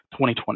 2020